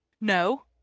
No